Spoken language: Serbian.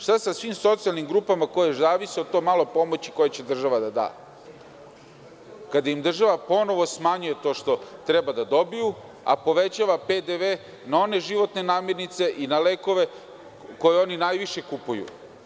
Šta je sa svim socijalnim grupama koje zavise od te male pomoći koju će država da da kada im država ponovo smanjuje to što treba da dobiju, a povećava PDV na one životne namirnice i na lekove koje oni najviše kupuju?